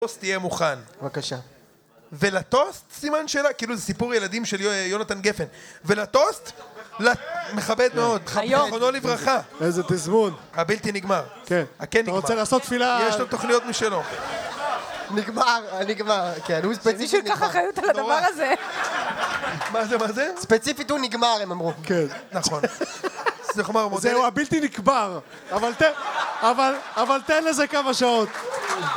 טוסט יהיה מוכן. -בקשה. -ולטוסט? סימן שאלה, כאילו זה סיפור ילדים של יונתן גפן, ולטוסט? מכבד מאוד. זכרונו לברכה. -איזה תזמון. -הבלתי נגמר. -כן. -הכן נגמר. -אתה רוצה לעשות תפילה? -יש לו תוכניות משלו. -נגמר. נגמר. כן, הוא ספציפית נגמר. -שמישהו ייקח אחריות על הדבר הזה. -מה זה, מה זה? -ספציפית הוא נגמר הם אמרו. -כן, נכון. -זהו, הבלתי נקבר. אבל תן... אבל תן לזה כמה שעות.